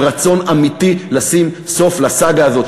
של רצון אמיתי לשים סוף לסאגה הזאת,